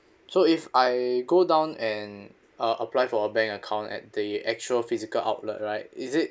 so if I go down and uh apply for a bank account at the actual physical outlet right is it